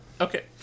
Okay